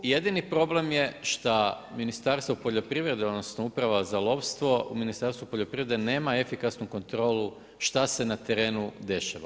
Jedini problem je šta Ministarstvo poljoprivrede, odnosno uprava za lovstvo u Ministarstvu poljoprivrede nema efikasnu kontrolu šta se na terenu dešava.